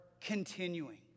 continuing